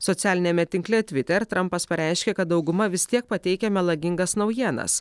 socialiniame tinkle twitter trampas pareiškė kad dauguma vis tiek pateikia melagingas naujienas